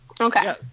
Okay